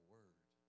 Word